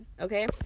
Okay